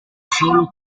solo